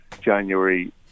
January